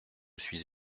suis